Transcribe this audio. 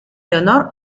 leonor